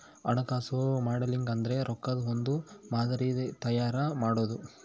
ಹಣಕಾಸು ಮಾಡೆಲಿಂಗ್ ಅಂದ್ರೆ ರೊಕ್ಕದ್ ಒಂದ್ ಮಾದರಿ ತಯಾರ ಮಾಡೋದು